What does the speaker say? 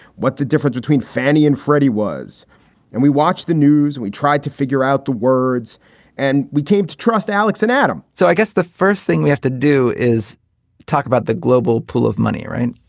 what the difference between fannie and freddie was and we watched the news, we tried to figure out the words and we came to trust alex and adam so i guess the first thing we have to do is talk about the global pool of money, right?